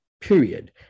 period